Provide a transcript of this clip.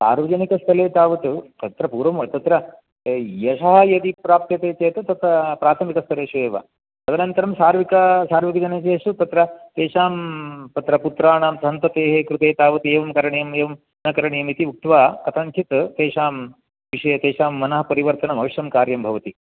सार्वजनिकस्थले तावत् तत्र पूर्वं तत्र यशः यदि प्राप्यते चेत् तत् प्राथमिकस्तरेषु एव तदनन्तरं सार्विक सार्वजनिकेषु तत्र तेषां तत्र पुत्राणां सन्ततेः कृते तावदेवं करणीयम् एवं न करणीयम् इति उक्त्वा कथञ्चित् तेषां विषये तेषां मनः परिवर्तनम् अवश्यं कार्यं भवति